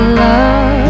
love